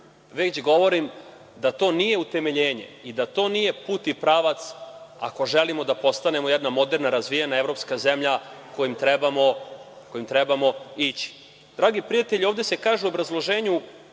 već govorim da to nije utemeljenje i da to nije put i pravac ako želimo da postanemo jedna moderna, razvijena evropska zemlja kojom trebamo ići. Dragi prijatelji, ovde se kaže u obrazloženju